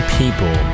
people